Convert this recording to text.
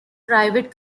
private